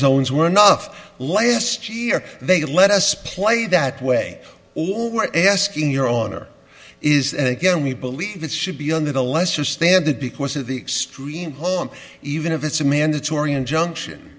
zones were enough last year they let us play that way all we're asking year on are is again we believe that should be on the lesser standard because of the extreme home even if it's a mandatory injunction